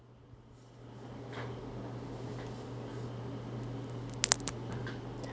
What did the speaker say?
um